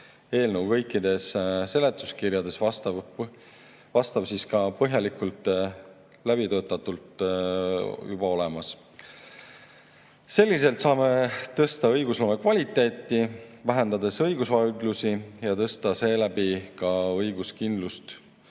kõikides seletuskirjades vastav [osa] põhjalikult läbitöötatult juba olemas. Selliselt saame tõsta õigusloome kvaliteeti, vähendades õigusvaidlusi, ja tõsta seeläbi ka õiguskindlust